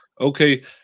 okay